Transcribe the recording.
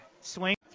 swing